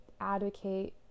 advocate